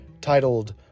titled